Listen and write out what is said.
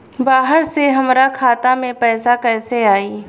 बाहर से हमरा खाता में पैसा कैसे आई?